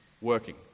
working